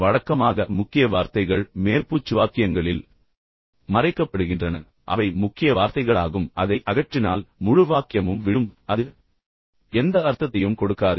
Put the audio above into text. வழக்கமாக முக்கிய வார்த்தைகள் மேற்பூச்சு வாக்கியங்களில் மறைக்கப்படுகின்றன சில நேரங்களில் அவை முக்கிய வார்த்தைகளாகும் நீங்கள் அதை அகற்றினால் முழு வாக்கியமும் விழும் அது எந்த அர்த்தத்தையும் கொடுக்காது